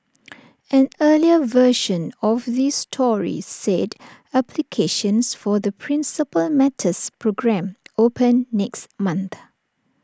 an earlier version of this story said applications for the Principal Matters programme open next month